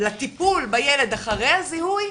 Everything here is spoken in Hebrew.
לטיפול בילד אחרי הזיהוי,